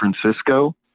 Francisco